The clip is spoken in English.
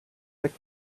thick